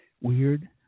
weird